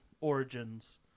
Origins